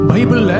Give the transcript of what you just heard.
Bible